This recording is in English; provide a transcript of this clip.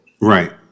Right